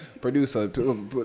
Producer